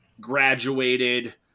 graduated